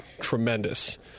tremendous